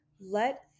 let